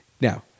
now